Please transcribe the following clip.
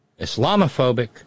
Islamophobic